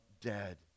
dead